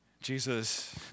Jesus